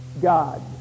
God